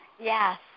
yes